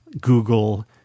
Google